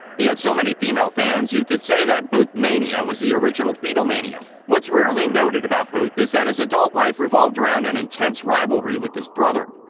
he had so many female fans you could say that booth-mania was the original beatlemania. what's rarely noted about booth is that his adult life revolved around an intense rivalry with his brother.